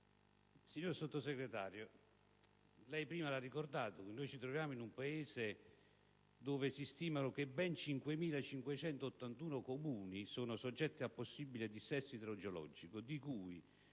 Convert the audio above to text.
Signor Sottosegretario, lei prima ha ricordato che ci troviamo in un Paese in cui si stima che ben 5.581 Comuni siano soggetti ad un possibile dissesto idrogeologico, tra i